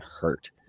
hurt